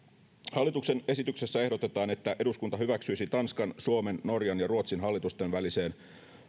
hallituksen esityksessä ehdotetaan että eduskunta hyväksyisi tanskan suomen norjan ja ruotsin hallitusten väliseen